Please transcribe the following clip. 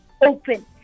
open